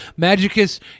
Magicus